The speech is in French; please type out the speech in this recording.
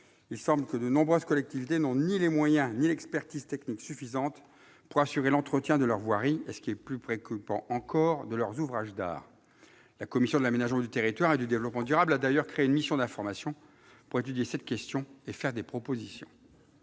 Il semble que de nombreuses collectivités n'ont ni les moyens ni l'expertise technique suffisante pour assurer l'entretien de leur voirie et, ce qui est plus préoccupant encore, de leurs ouvrages d'art. La commission de l'aménagement du territoire et du développement durable a d'ailleurs créé une mission d'information pour étudier cette question et faire des propositions.